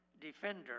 defender